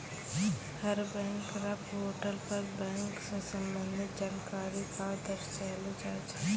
हर bank र portal पर bank स संबंधित जानकारी क दर्शैलो जाय छै